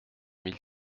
mille